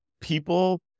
people